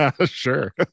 Sure